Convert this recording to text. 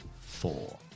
four